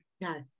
no